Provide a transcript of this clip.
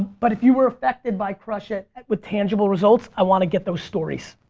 but if you were affected by crush it! with tangible results, i wanna get those stories.